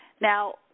Now